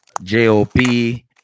JOP